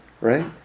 Right